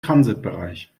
transitbereich